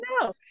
No